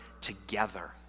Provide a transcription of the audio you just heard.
together